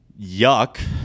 yuck